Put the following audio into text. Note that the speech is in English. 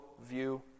view